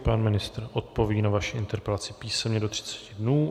Pan ministr odpoví na vaši interpelaci písemně do 30 dnů.